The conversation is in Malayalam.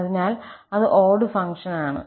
അതിനാൽ അത് ഓട് ഫംഗ്ഷൻ ആണ്